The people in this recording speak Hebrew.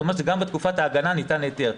זה אומר שגם בתקופת ההגנה ניתן היתר.